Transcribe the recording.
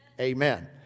Amen